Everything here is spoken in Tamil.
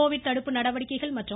கோவிட் தடுப்பு நடவடிக்கைகள் மற்றும்